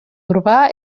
urbà